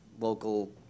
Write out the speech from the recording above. local